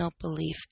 belief